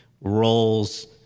roles